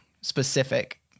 specific